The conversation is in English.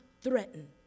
threaten